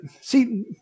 see